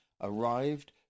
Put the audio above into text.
arrived